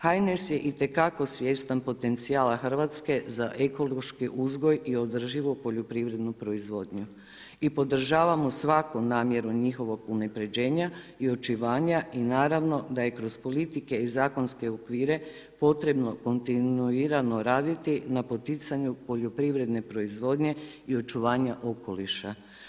HNS je itekako svjestan potencijala Hrvatske za ekološki uzgoj i održivu poljoprivrednu proizvodnju i podržavamo svako namjeru njihovog unapređenja i očuvanja i naravno da je kroz politike i zakonske okvire potrebno kontinuirano raditi na poticanju poljoprivredne proizvodnje i očuvanja okoliša.